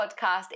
podcast